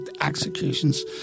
executions